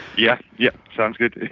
yeah yet, sounds good.